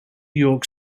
york